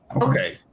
okay